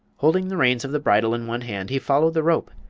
holding the reins of the bridle in one hand, he followed the rope,